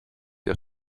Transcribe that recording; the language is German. der